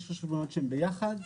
יש חשבונות שהן ביחד.